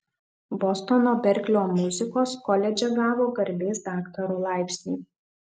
bostono berklio muzikos koledže gavo garbės daktaro laipsnį